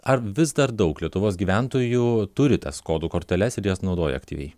ar vis dar daug lietuvos gyventojų turi tas kodų korteles ir jas naudoja aktyviai